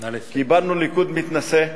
קיבלנו ליכוד מתנשא,